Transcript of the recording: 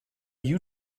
you